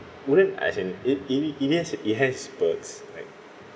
wouldn't as in it it it has it has its perks like